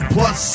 Plus